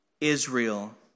Israel